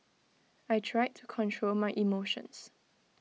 I tried to control my emotions